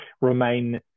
remain